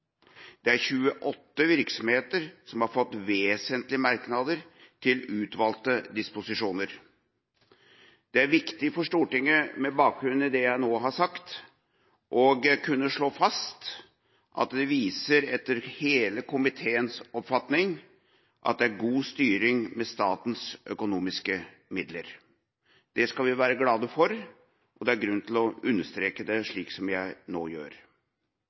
Det er 28 virksomheter som har fått vesentlige merknader til utvalgte disposisjoner. Det er viktig for Stortinget, med bakgrunn i det jeg nå har sagt, å kunne slå fast at det etter hele komiteens oppfatning viser at det er god styring med statens økonomiske midler. Det skal vi være glad for, og dette er det grunn til å understreke – slik jeg nå gjør.